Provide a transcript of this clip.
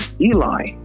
Eli